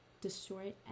destroy